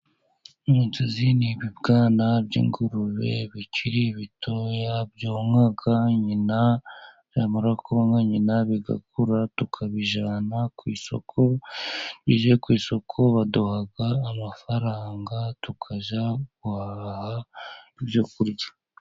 Inzozi ni ibibwana by'ingurube bikiri bitoya byonka nyina, byamara konka nyina bigakura, tukabijyana ku isoko, bije ku isoko baduha amafaranga tukajya guhaha ibyo kurya.